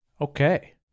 Okay